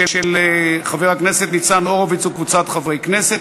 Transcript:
של חבר הכנסת ניצן הורוביץ וקבוצת חברי הכנסת.